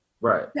Right